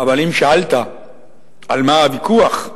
אבל אם שאלת על מה הוויכוח,